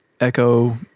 echo